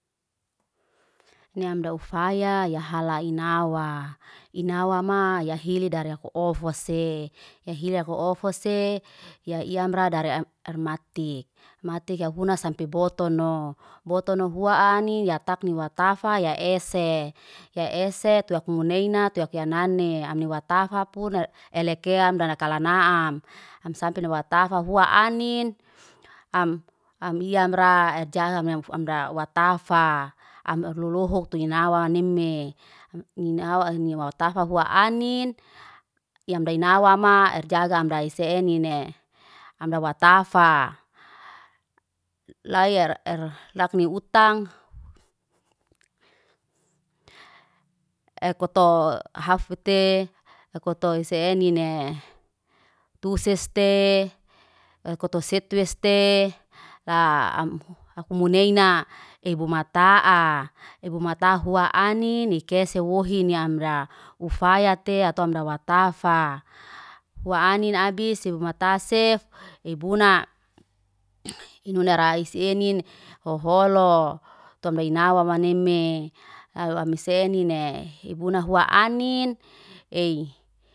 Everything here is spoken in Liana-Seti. Ni am daufaya ya hala inawa, inawama ya hili dara ohofose, ya hili ohofose ya amra dara am armatik. Matik aifuna sampe botono, botono hua anin ya takni watafa ya ese. Ya ese tuak munaina, tuak yanani, amne watafak puna elekea amdana kalanaam. Am sampe nawatafa fua anin, am ia amra ezaam am ff, am watafa. Am lolohok tu inawa neme, ni nawa watafa fua anin, yamdainawa ma airjaga am dais se enine. Am dawatafa, layar er lakni utang, ekoto hafete, akuto se enin ne. Tu seste watowo setweste, laa am hum hafmu neina, ebumataa. Ebumata hua anin, ikese wohin ni amra. Ufaya te atau amra watafa, hua anin abis sebumatasef ebuna, inonaira esynin hoholo, tomra inawa maneme aww wesene ne, hibuna hua anin ey.